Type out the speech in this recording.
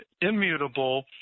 immutable